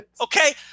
Okay